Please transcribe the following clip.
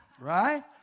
Right